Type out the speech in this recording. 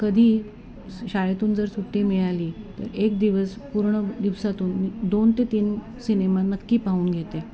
कधी शाळेतून जर सुट्टी मिळाली तर एक दिवस पूर्ण दिवसातून दोन ते तीन सिनेमा नक्की पाहून घेते